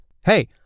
hey